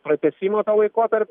pratęsimo to laikotarpio